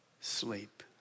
sleep